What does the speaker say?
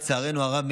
לצערנו הרב,